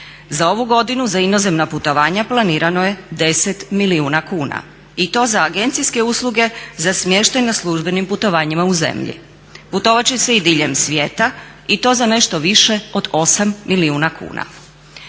Za ovu godinu za inozemna putovanja planirano je 10 milijuna kuna. I to za agencijske usluge za smještaj na službenim putovanjima u zemlji. Putovat će se i diljem svijeta i to za nešto više od 8 milijuna kuna.